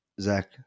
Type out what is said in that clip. Zach